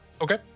Okay